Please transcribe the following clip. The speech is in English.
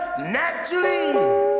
Naturally